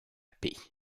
paix